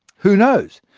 who knows?